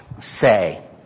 say